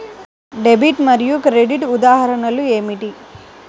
Debit మరియు credit ఉదాహరణలు ఏమిటీ?